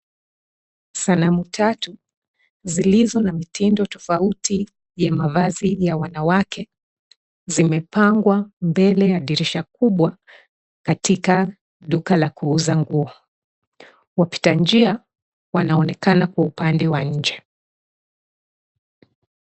Sanamu tatu, zilizo na mitindo tofauti ya mavazi ya wanawake, zimepangwa mbele ya dirisha kubwa katika duka la kuuza nguo. Wapita njia, wanaonekana kwa upande wa nje.